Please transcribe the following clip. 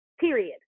period